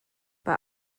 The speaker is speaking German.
bei